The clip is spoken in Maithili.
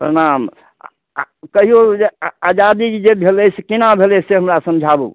प्रणाम कहिऔ आ आजादी जे भेलै से केना भेलै से हमरा समझाबु